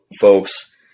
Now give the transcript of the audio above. folks